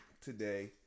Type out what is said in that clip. today